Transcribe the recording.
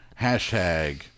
hashtag